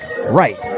right